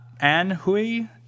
Anhui